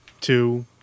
two